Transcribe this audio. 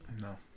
No